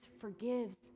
forgives